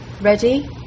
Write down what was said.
Ready